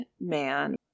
man